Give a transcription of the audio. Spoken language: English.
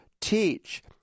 teach